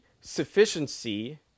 sufficiency